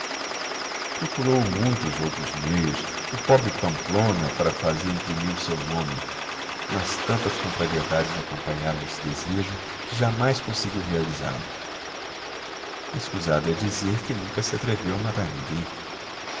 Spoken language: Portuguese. procurou muitos outros meios o pobre pamplona para fazer imprimir o seu nome mas tantas contrariedades o acompanharam nesse desejo que jamais conseguiu realizá-lo escusado é dizer que nunca se atreveu a matar ninguém